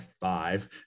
five